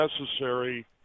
necessary